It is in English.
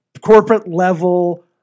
corporate-level